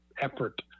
effort